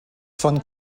von